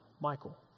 Michael